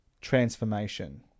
transformation